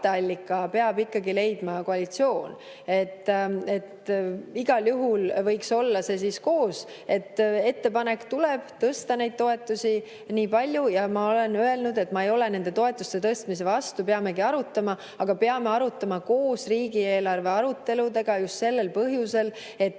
peab ikkagi leidma koalitsioon. Igal juhul võiks see olla koos, et tuleb ettepanek tõsta toetusi nii palju – ma olen öelnud, et ma ei ole toetuste tõstmise vastu, peamegi arutama –, aga peame arutama koos riigieelarve aruteludega, just sellel põhjusel, et